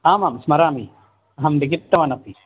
आम् आं स्मरामि अहं लिखितवानपि